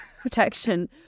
protection